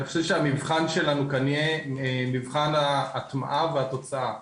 המבחן שלנו כאן יהיה מבחן ההטמעה והתוצאה.